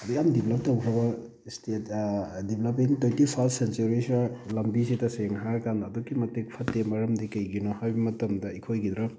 ꯑꯗꯨꯛ ꯌꯥꯝ ꯗꯤꯕꯂꯞ ꯇꯧꯈ꯭ꯔꯕ ꯁ꯭ꯇꯦꯠ ꯗꯤꯕꯂꯞꯄꯤꯡ ꯇ꯭ꯋꯦꯟꯇꯤ ꯐꯔꯁ ꯁꯦꯟꯆꯨꯔꯤꯁꯤꯗ ꯂꯝꯕꯤꯁꯦ ꯇꯁꯦꯡꯅ ꯍꯥꯏꯔ ꯀꯥꯟꯅ ꯑꯗꯨꯛꯀꯤ ꯃꯇꯤꯛ ꯐꯠꯇꯦ ꯃꯔꯃꯗꯤ ꯀꯩꯒꯤꯅꯣ ꯍꯥꯏꯕ ꯃꯇꯝꯗ ꯑꯩꯈꯣꯏꯒꯤꯗ